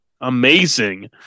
amazing